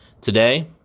Today